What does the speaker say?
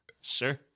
Sure